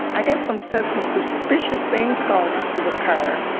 i guess some stuff, some suspicious things started to occur,